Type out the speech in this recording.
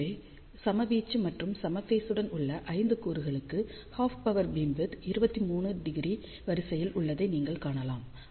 எனவே சம வீச்சு மற்றும் சம ஃபேஸுடன் உள்ள 5 கூறுகளுக்கு ஹாஃப் பவர் பீம் விட்த் 23° வரிசையில் உள்ளதை நீங்கள் காணலாம்